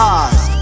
eyes